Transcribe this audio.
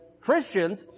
Christians